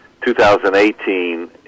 2018